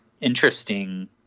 interesting